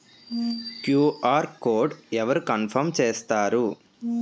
QR code అవరు confirm చేస్తారు?